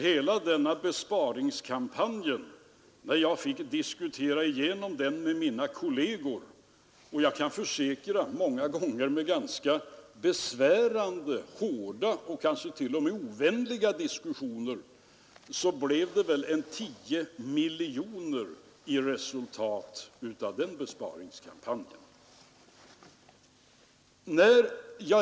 När jag hade diskuterat igenom denna besparingskampanj med mina kolleger — och jag kan försäkra att det många gånger skedde i form av besvärande och hårda diskussioner — så blev det väl 10 miljoner i resultat av hela kampanjen.